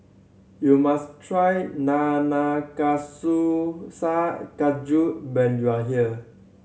you must try Nanakusa Gayu when you are here